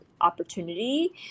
opportunity